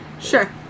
Sure